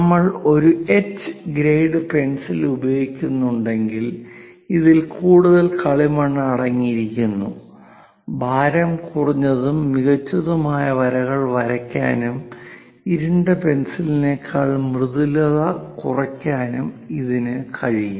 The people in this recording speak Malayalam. നമ്മൾ ഒരു എച്ച് ഗ്രേഡ് പെൻസിൽ ഉപയോഗിക്കുന്നുണ്ടെങ്കിൽ ഇതിൽ കൂടുതൽ കളിമണ്ണ് അടങ്ങിയിരിക്കുന്നു ഭാരം കുറഞ്ഞതും മികച്ചതുമായ വരകൾ വരയ്ക്കാനും ഇരുണ്ട പെൻസിലിനേക്കാൾ മൃദുലത കുറയ്ക്കാനും ഇതിനു കഴിയും